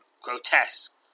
grotesque